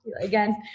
again